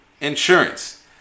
insurance